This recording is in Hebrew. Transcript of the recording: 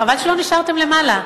חבל שלא נשארתם למעלה.